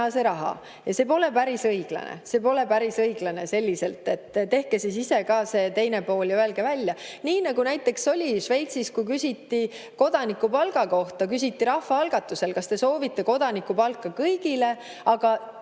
see raha. See pole päris õiglane. See pole päris õiglane, selliselt. Tehke siis ise ka see teine pool ja öelge välja. Nii nagu näiteks oli Šveitsis, kui küsiti kodanikupalga kohta. Küsiti rahvaalgatusel, kas te soovite kodanikupalka kõigile, aga